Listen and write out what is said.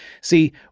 See